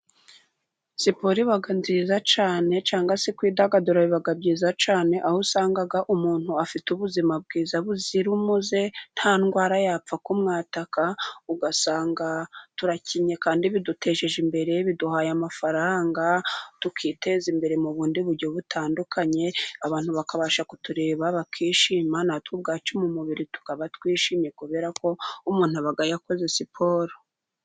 Siporo iba nziza cyane cyangwa se kwidagadura biba byiza cyane, aho usanga umuntu afite ubuzima bwiza buzira umuze. Nta ndwara yapfa kumwataka ugasanga turakinnye kandi bidutejeje imbere biduhaye amafaranga tukiteza imbere, mu bundi buryo butandukanye, abantu bakabasha kutureba bakishima na twe ubwacu mu mubiri tukaba twishimye kubera ko umuntu aba yakoze siporo.